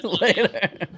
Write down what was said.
Later